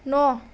न'